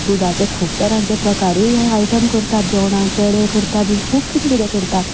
दुदाचे खूब तरांचे प्रकारूय आयटम करतात जेवणांत पेडे करततात आनी खूब कितें कितें करतात